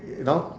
you know